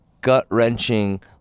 gut-wrenching